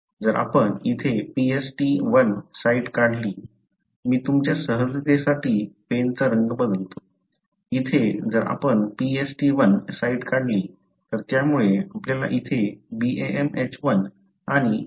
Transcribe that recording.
जर आपण इथे PstI साईट काढली मी तुमच्या सहजतेसाठी पेनचा रंग बदलतो इथे जर आपण PstI साईट काढली तर त्यामुळे आपल्याला इथे BamHI आणि PstI साठी 2